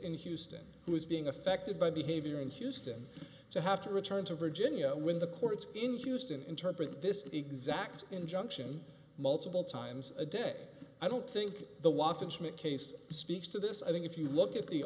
in houston who is being affected by behavior in houston to have to return to virginia when the courts in houston interpret this exact injunction multiple times a day i don't think the watchman case speaks to this i think if you look at the